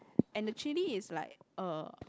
and the chili is like uh